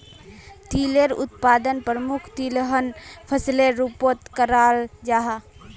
तिलेर उत्पादन प्रमुख तिलहन फसलेर रूपोत कराल जाहा